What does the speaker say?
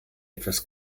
etwas